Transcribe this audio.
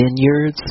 vineyards